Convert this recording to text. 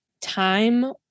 time